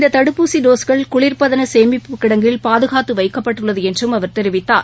இந்ததடுப்பூசிடோஸ்கள் குளிர்ப்பதனசேமிப்புக் கிடங்கில் பாதுகாத்துவைக்கப்பட்டுள்ளதுஎன்றும் கெரிவிக்கார்